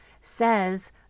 says